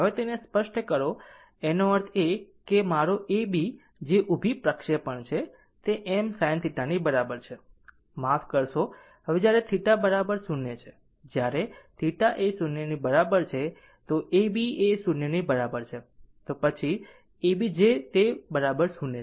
હવે તેને સ્પષ્ટ કરો એનો અર્થ એ કે મારો A B જે ઉભી પ્રક્ષેપણ છે તે m sin θ બરાબર છે માફ કરશો હવે જ્યારે θ બરાબર 0 છે જ્યારે θ એ 0 ની બરાબર છે તો A B એ 0 ની બરાબર છે પછી A B જે તે બરાબર 0 છે